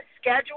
schedule